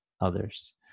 others